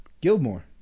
Gilmore